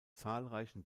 zahlreichen